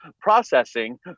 processing